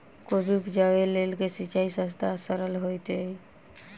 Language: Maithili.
कोबी उपजाबे लेल केँ सिंचाई सस्ता आ सरल हेतइ?